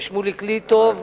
ושמוליק ליטוב